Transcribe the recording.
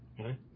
Okay